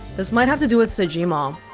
this might have to do with sejima